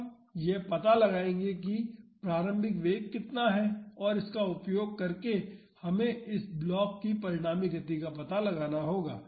हम यह पता लगाएंगे कि प्रारंभिक वेग कितना है और इसका उपयोग करके हमें इस ब्लॉक की परिणामी गति का पता लगाना होगा